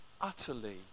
utterly